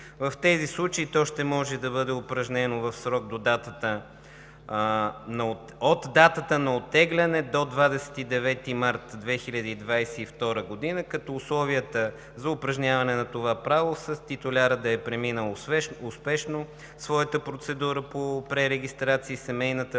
В тези случаи то ще може да бъде упражнено в срок от датата на оттегляне до 29 март 2022 г., като условията за упражняване на това право са титулярът да е преминал успешно своята процедура по пререгистрация и семейната